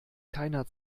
keiner